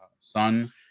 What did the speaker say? son